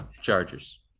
Chargers